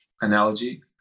analogy